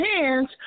hands